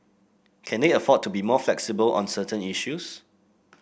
can they afford to be more flexible on certain issues